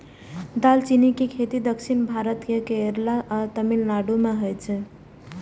दालचीनी के खेती दक्षिण भारत केर केरल आ तमिलनाडु मे होइ छै